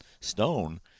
stone